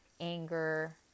anger